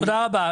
תודה רבה.